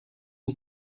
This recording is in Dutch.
een